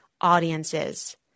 audiences